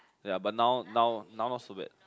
ya but now now now not so bad